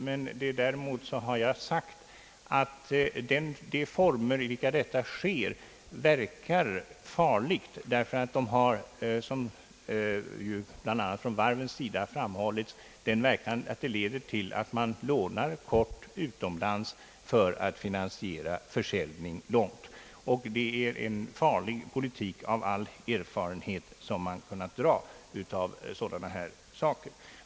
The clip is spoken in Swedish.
Men däremot har jag sagt att de former i vilka detta sker är betänkliga därför att de leder till, som har framhållits från varvens sida, att man lånar kort utomlands för att långfristigt finansiera försäljning. Av all erfarenhet, som man har kunnat vinna, är detta en farlig politik.